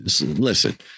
listen –